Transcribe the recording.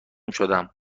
شدم